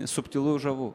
subtilu žavu